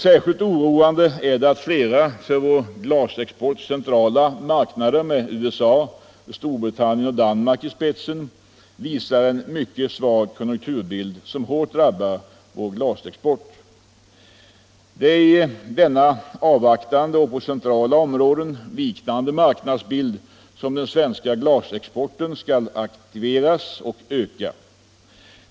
Särskilt oroande är det att flera för vår glasexport centrala marknader med USA, Storbritannien och Danmark i spetsen visar en mycket svag konjunkturbild, som hårt drabbar vår glasexport. Det är i denna avvaktande och på centrala områden vikande marknadsbild som den svenska glasexporten skall aktiveras och öka.